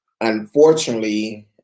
unfortunately